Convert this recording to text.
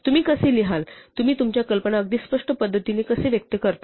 तुम्ही कसे लिहाल तुम्ही तुमच्या कल्पना अगदी स्पष्ट पद्धतीने कसे व्यक्त करता